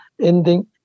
ending